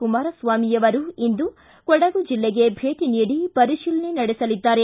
ಕುಮಾರಸ್ವಾಮಿ ಅವರು ಇಂದು ಕೊಡಗು ಜಿಲ್ಲೆಗೆ ಭೇಟಿ ನೀಡಿ ಪರಿಶೀಲನೆ ನಡೆಸಲಿದ್ದಾರೆ